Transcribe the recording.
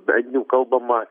bent jau kalbama